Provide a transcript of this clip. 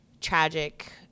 tragic